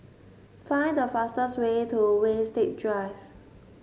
find the fastest way to Winstedt Drive